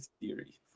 theory